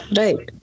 right